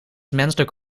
menselijk